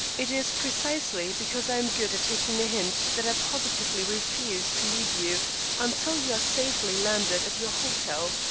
it is precisely because i am good at taking a hint that i positively refuse to leave you until you are safely landed at your hotel.